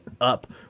up